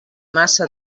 massa